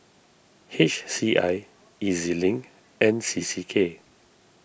H C I E Z Link and C C K